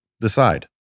decide